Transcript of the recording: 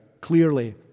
clearly